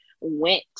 went